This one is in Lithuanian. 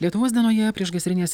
lietuvos dienoje priešgaisrinės